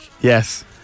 Yes